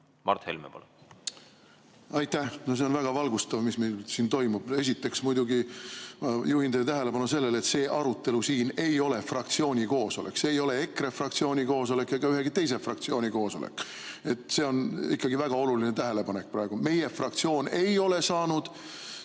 Mart Helme, palun! Aitäh! See on väga valgustav, mis meil siin toimub. Esiteks muidugi ma juhin teie tähelepanu sellele, et see arutelu siin ei ole fraktsiooni koosolek, see ei ole EKRE fraktsiooni koosolek ega ühegi teise fraktsiooni koosolek. See on ikkagi väga oluline tähelepanek praegu. Meie fraktsioon ei ole saanud